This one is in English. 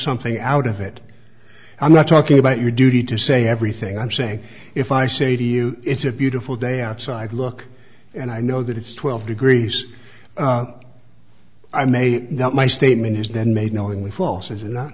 something out of it i'm not talking about your duty to say everything i'm saying if i say to you it's a beautiful day outside look and i know that it's twelve degrees i made my statement is then made knowingly false or not